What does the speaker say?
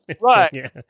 Right